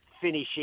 finishing